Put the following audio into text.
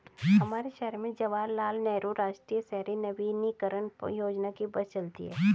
हमारे शहर में जवाहर लाल नेहरू राष्ट्रीय शहरी नवीकरण योजना की बस चलती है